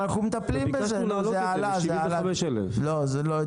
לא גמרנו את כל הסוגיות ולא עלינו